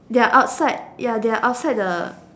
ya outside ya they're outside the